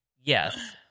Yes